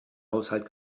haushalt